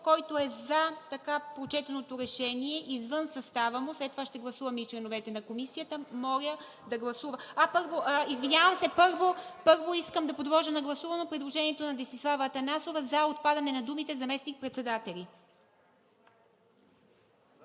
Който е за така прочетеното Решение, извън състава му – след това ще гласуваме и членовете на комисията, моля да гласува. Извинявам се, първо подлагам на гласуване предложението на Десислава Атанасова за отпадане на думите „заместник-председатели“.